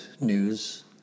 news